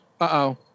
uh-oh